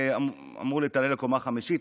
אמרו לי: תעלה לקומה החמישית,